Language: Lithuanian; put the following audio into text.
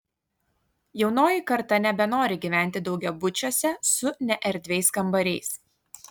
jaunoji karta nebenori gyventi daugiabučiuose su neerdviais kambariais